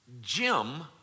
Jim